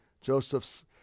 Joseph's